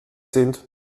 sind